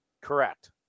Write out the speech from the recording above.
Correct